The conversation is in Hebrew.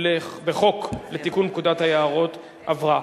בחוק לתיקון פקודת היערות (מס' 5) עברה.